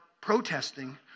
protesting